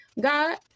God